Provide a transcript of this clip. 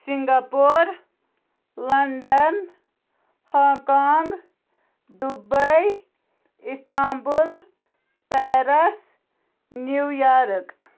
Singapore London Hong Kong Dubai Istanbul Paris New York